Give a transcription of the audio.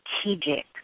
strategic